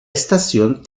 estación